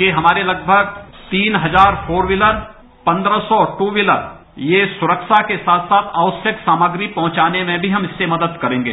के लगभग तीन हजार फोर व्हीलर पन्द्रह सौ दू व्हीलर ये सुख्बा के साथ साथ आवश्यक सामग्री पहुंचाने में भी हमारी मदद करेंगे